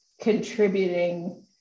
contributing